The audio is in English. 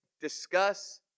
discuss